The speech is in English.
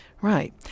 Right